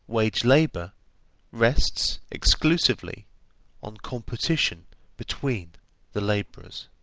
wage-labour rests exclusively on competition between the laborers.